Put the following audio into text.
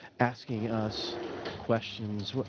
asking us questions.